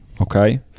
Okay